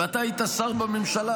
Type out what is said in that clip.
ואתה היית שר בממשלה,